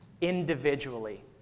individually